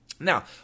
Now